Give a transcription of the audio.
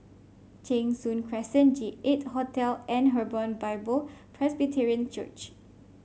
Cheng Soon Crescent J eight Hotel and Hebron Bible Presbyterian Church